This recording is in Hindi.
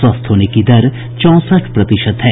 स्वस्थ होने की दर चौंसठ प्रतिशत है